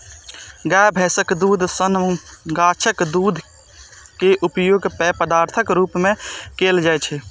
गाय, भैंसक दूधे सन गाछक दूध के उपयोग पेय पदार्थक रूप मे कैल जाइ छै